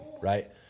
right